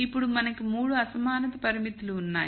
ఇప్పుడు మనకు 3 అసమానత పరిమితులు ఉన్నాయి